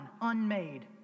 unmade